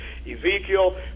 Ezekiel